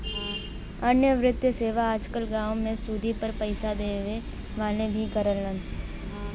अन्य वित्तीय सेवा आज कल गांव में सुदी पर पैसे देवे वाले भी करलन